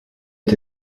est